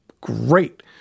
great